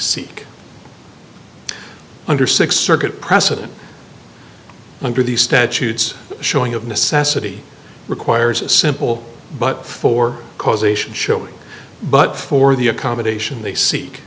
seek under six circuit precedent under these statutes showing of necessity requires a simple but for causation showing but for the accommodation they seek